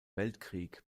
weltkrieg